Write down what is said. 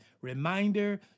Reminder